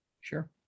Sure